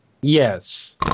Yes